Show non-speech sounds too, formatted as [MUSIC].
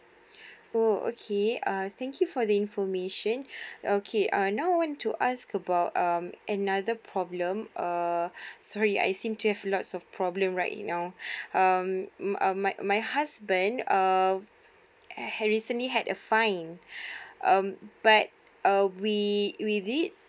[BREATH] oh okay err thank you for the information [BREATH] err okay uh now I want to ask about um another problem err [BREATH] sorry I seem to have lots of problem right now [BREATH] um my husband uh recently had a fine [BREATH] um but uh we we did